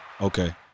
okay